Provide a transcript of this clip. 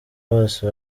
bose